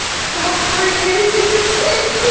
stop worrying, angie, just take